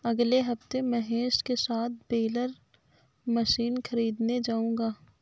अगले हफ्ते महेश के साथ बेलर मशीन खरीदने जाऊंगा